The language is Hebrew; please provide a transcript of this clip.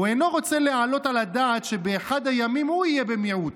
הוא אינו רוצה להעלות על הדעת שבאחד הימים הוא יהיה במיעוט.